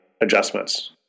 adjustments